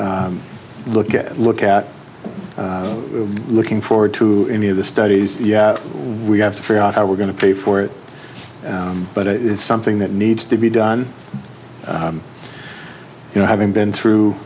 look at look at looking forward to any of the studies yeah we have to figure out how we're going to pay for it but it's something that needs to be done you know having been through